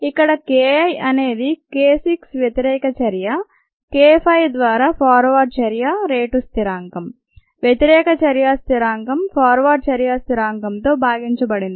ఇక్కడ K I అనేది k 6 వ్యతిరేక చర్య k 5 ద్వారా ఫార్వర్డ్ చర్యా రేటు స్థిరాంకం వ్యతిరేక చర్యా స్థిరాంకం ఫార్వర్డ్ చర్యా స్థిరాంకం తో భాగించబడింది